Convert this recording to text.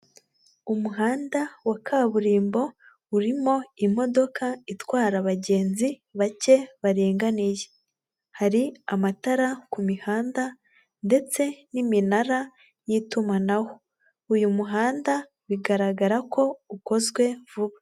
Umuhanda wa kaburimbo urimo imodoka itwara abagenzi bake baringaganiye, hari amatara ku mihanda ndetse n'iminara y'itumanaho, uyu muhanda bigaragara ko ukozwe vuba.